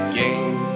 game